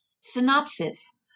Synopsis